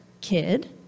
kid